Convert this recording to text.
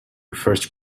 first